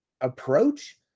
approach